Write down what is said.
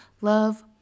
love